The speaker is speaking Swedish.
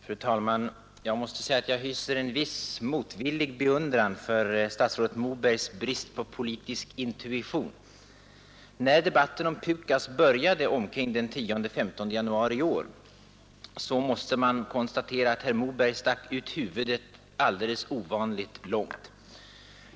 Fru talman! Jag måste säga att jag hyser en viss motvillig beundran för statsrådet Mobergs brist på politisk intuition. När debatten om PUKAS började omkring den 10—15 januari i år måste man konstatera att herr Moberg stack ut huvudet alldeles ovanligt långt.